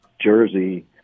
jersey